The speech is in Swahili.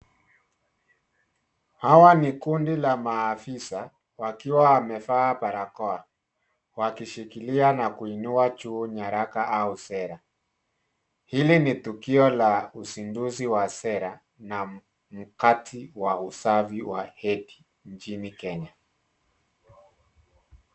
Hawa ni kundi la maafisa wakiwa wamevaa barakoa wakishikilia na kuinua juu nyaraka au sera. hili ni tukio la uzinduzi wa sera na mkati wa usafi wa hedhi nchini Kenya.